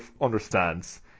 understands